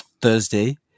Thursday